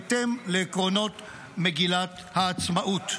בהתאם לעקרונות מגילת העצמאות.